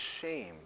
shame